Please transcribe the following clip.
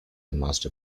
master